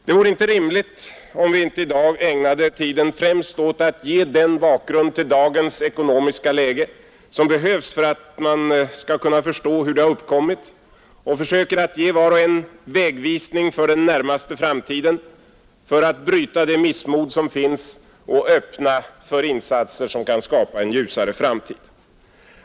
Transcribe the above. Det vore inte rimligt om vi inte i dag ägnade tiden främst åt att ge den bakgrund till dagens ekonomiska läge som behövs för att man skall kunna förstå hur det uppkommit och försöker ge var och en vägvisning för den närmaste framtiden för att bryta det missmod som finns och öppna för insatser som kan skapa en ljusare framtid.